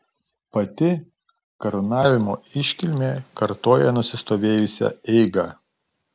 pati karūnavimo iškilmė kartoja nusistovėjusią eigą